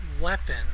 weapon